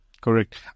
Correct